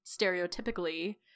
stereotypically